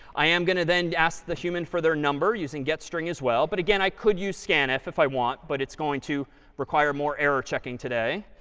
i am going to then ask the human for their number using getstring as well. but again i could use scanf if i want. but it's going to require more error checking today.